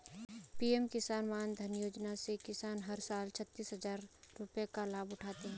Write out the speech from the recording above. PM Kisan Maandhan Yojana से किसान हर साल छतीस हजार रुपये का लाभ उठाते है